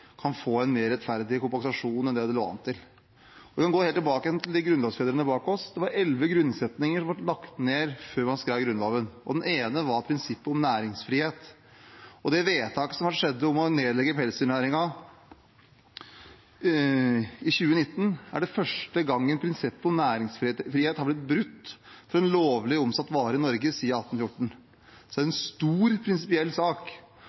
kan få en mer rettferdig kompensasjon enn det det lå an til. Vi kan gå helt tilbake til grunnlovsfedrene bak oss. Det var elleve grunnsetninger som ble lagt ned før man skrev Grunnloven. Den ene var prinsippet om næringsfrihet. Det vedtaket som skjedde i 2019 om å nedlegge pelsdyrnæringen, er første gang prinsippet om næringsfrihet for en lovlig omsatt vare i Norge har blitt brutt siden 1814. Dette er en stor, prinsipiell sak,